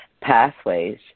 Pathways